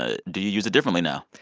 ah do you use it differently now?